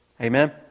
Amen